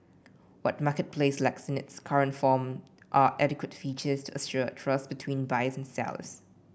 what marketplace lacks in its current form are adequate features to assure trust between buyers and sellers